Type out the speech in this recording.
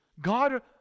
God